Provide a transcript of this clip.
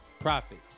profit